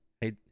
Hey